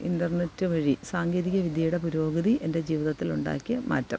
internet വഴി സാങ്കേതിക വിദ്യയുടെ പുരോഗതി എൻ്റെ ജീവിതത്തിലുണ്ടാക്കിയ മാറ്റം